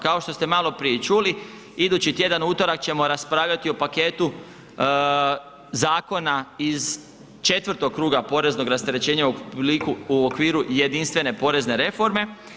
Kako što ste maloprije i čuli idući tjedan u utorak ćemo raspravljati o paketu zakona iz 4 kruga poreznog rasterećenja u okviru jedinstvene porezne reforme.